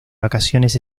vacaciones